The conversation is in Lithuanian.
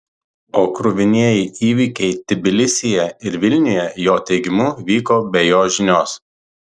o kruvinieji įvykiai tbilisyje ir vilniuje jo teigimu vyko be jo žinios